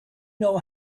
know